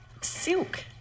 silk